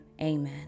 amen